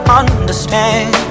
understand